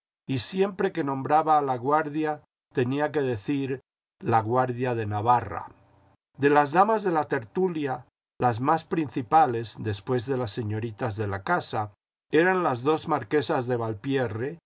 y siempre que nombraba a laguardia tenía que decir laguardia de navarra de las damas de la tertulia las m ás principales después de las señoritas de la casa eran las dos marquesas de valpierre